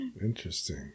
Interesting